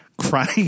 crying